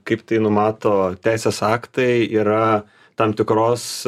kaip tai numato teisės aktai yra tam tikros